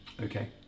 Okay